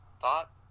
thought